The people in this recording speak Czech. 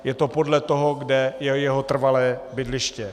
Je to podle toho, kde je jeho trvalé bydliště.